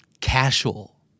Casual